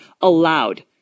allowed